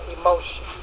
emotion